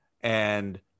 and-